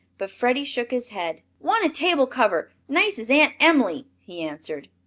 but freddie shook his head. want a table cover, nice as aunt em'ly, he answered.